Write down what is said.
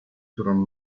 którą